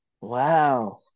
Wow